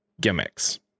gimmicks